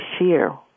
share